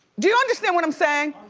do you understand what i'm saying?